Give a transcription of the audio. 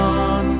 on